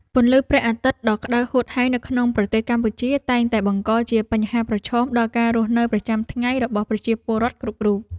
ពន្លឺព្រះអាទិត្យដ៏ក្តៅហួតហែងនៅក្នុងប្រទេសកម្ពុជាតែងតែបង្កជាបញ្ហាប្រឈមដល់ការរស់នៅប្រចាំថ្ងៃរបស់ប្រជាពលរដ្ឋគ្រប់រូប។